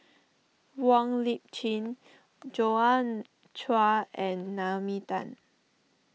Wong Lip Chin Joi Chua and Naomi Tan